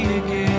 again